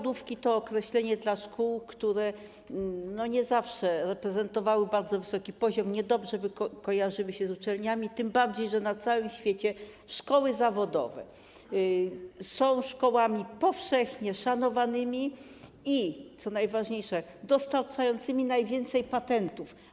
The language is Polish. Zawodówki” to określenie dla szkół, które nie zawsze reprezentowały bardzo wysoki poziom, niedobrze kojarzyły się z uczelniami, tym bardziej że na całym świecie szkoły zawodowe są szkołami powszechnie szanowanymi i co najważniejsze, dostarczającymi najwięcej patentów.